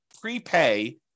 prepay